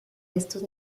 estos